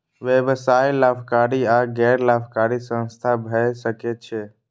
व्यवसाय लाभकारी आ गैर लाभकारी संस्था भए सकै छै